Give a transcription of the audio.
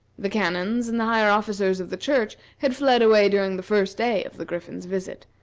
the canons and the higher officers of the church had fled away during the first day of the griffin's visit,